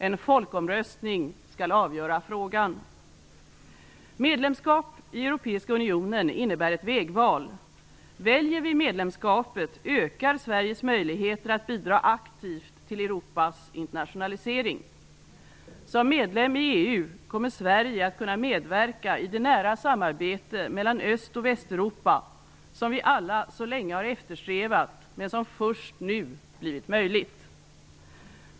En folkomröstning skall avgöra frågan. Medlemskap i Europeiska unionen innebär ett vägval. Väljer vi medlemskapet ökar Sveriges möjligheter att bidra aktivt till Europas internationalisering. Som medlem i EU kommer Sverige att kunna medverka i det nära samarbete mellan Öst och Västeuropa som vi alla så länge har eftersträvat men som först nu blivit möjligt.